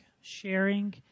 sharing